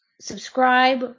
subscribe